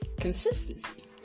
consistency